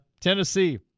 Tennessee